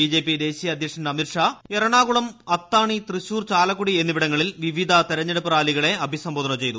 BJP ദേശീയ അധ്യക്ഷൻ അമിത്ഷാ എറണാകുളം അത്താണി തൃശൂർ ചാലക്കുടി എന്നിവിടങ്ങളിൽ വിവിധ തെരഞ്ഞെടുപ്പ് റാലികളെ അഭിസംബോധന ചെയ്തു